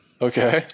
Okay